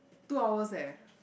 two hours eh